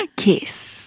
kiss